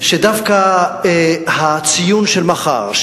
שדווקא הציון של מחר,